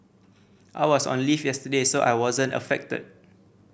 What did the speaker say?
I was on leave yesterday so I wasn't affected